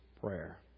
prayer